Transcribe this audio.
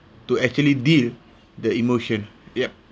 to actually deal the emotion yup